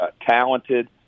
talented